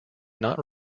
not